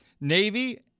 Navy